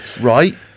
right